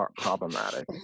problematic